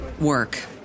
work